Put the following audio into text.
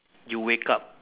you wake up